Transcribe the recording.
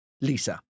Lisa